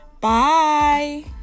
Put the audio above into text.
Bye